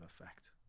effect